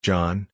John